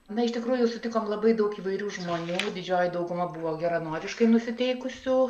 na iš tikrųjų sutikom labai daug įvairių žmonių didžioji dauguma buvo geranoriškai nusiteikusių